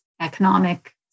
economic